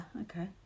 Okay